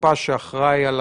המתפ"ש אחראי על